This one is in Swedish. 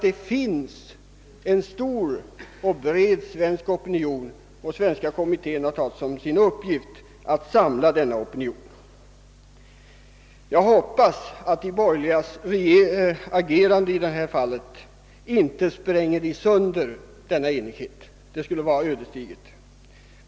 Det finns en stor och bred opinion, och Svenska kommittén har tagit som sin uppgift att samla denna opinion. Jag hoppas att de borgerligas agerande i detta fall inte spränger sönder denna enighet. Det skulle vara ödesdigert.